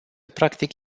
practic